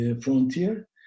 frontier